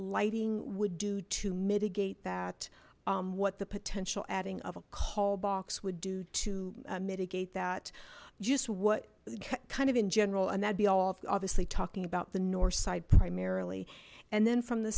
lighting would do to mitigate that what the potential adding of a call box would do to mitigate that just what kind of in general and that'd be all off obviously talking about the north side primarily and then from the